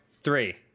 three